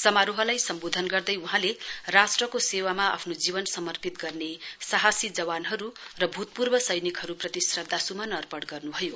समारोहलाई सम्वोधन गर्दै वहाँले राष्ट्रको सेवामा आफ्नो जीवन समर्पित गर्ने साहसी जवानहरु र भ्रतप्रर्व सैनिकहरुप्रति श्रध्दासुमन अपर्ण गर्नुभयो